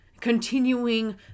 continuing